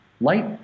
light